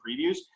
previews